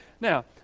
Now